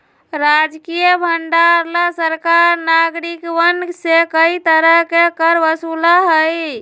राजकीय भंडार ला सरकार नागरिकवन से कई तरह के कर वसूला हई